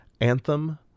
Anthem